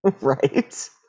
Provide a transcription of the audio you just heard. Right